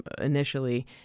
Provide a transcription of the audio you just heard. initially